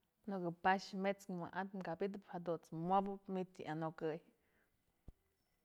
Në ko'o pax mët'skë wa'atëp kabytëp jadunt's wopëp, manytë yë anyokëy.